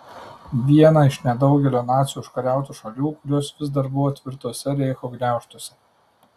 vieną iš nedaugelio nacių užkariautų šalių kurios vis dar buvo tvirtuose reicho gniaužtuose